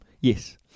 Yes